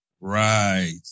Right